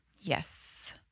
Yes